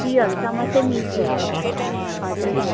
थ्रीहरूसम्म चाहिँ मिल्थ्यो हजुर हजुर